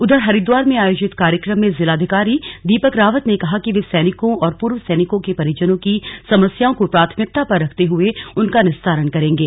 उधर हरिद्वार में आयोजित कार्यक्रम में जिलाधिकारी दीपक रावत ने कहा कि वे सैनिकों और पूर्व सैनिकों के परिजनों की समस्याओं को प्राथमिकता पर रखते हुए उनका निस्तारण करेंगे